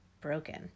broken